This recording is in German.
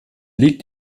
liegt